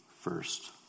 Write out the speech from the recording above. first